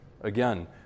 Again